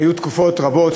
היו תקופות רבות,